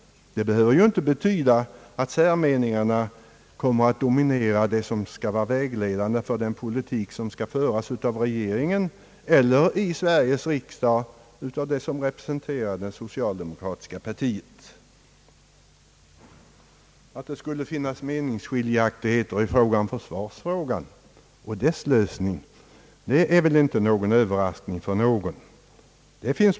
Det behöver ju inte betyda att särmeningarna kommer att dominera det som skall vara vägledande för den politik som skall föras av regeringen eller i riksdagen av dem som där representerar det socialdemokratiska partiet. Att det skulle finnas meningsskiljaktigheter i försvarsfrågan är väl inte överraskande för någon.